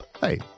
Hey